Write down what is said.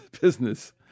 business